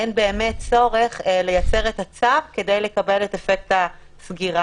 אין באמת צורך לייצר את הצו כדי לקבל את אפקט הסגירה,